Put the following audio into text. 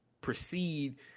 proceed